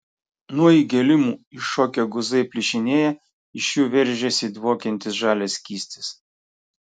nuo įgėlimų iššokę guzai plyšinėja iš jų veržiasi dvokiantis žalias skystis